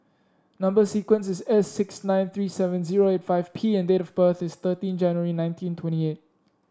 number sequence is S six nine three seven zero eight five P and date of birth is thirteen January nineteen twenty eight